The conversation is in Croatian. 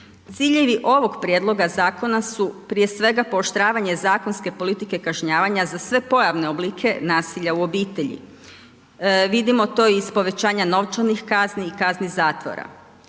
Ciljevi ovog prijedloga zakona su prije svega pooštravanje zakonske politike kažnjavanja za sve pojavne oblike nasilja u obitelji. Vidimo to iz povećanja novčanih kazni i kazni zatvora,